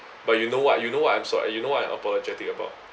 but you know what you know what I'm so~ you know I apologetic about